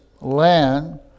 land